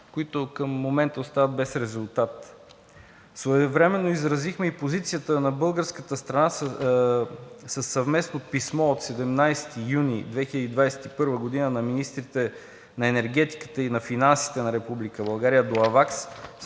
които към момента остават без резултат. Своевременно изразихме и позицията на българската страна със съвместно писмо от 17 юни 2021 г. на министрите на енергетиката и на финансите на Република